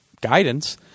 guidance